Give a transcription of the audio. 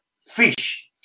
fish